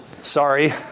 Sorry